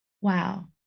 Wow